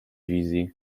wizji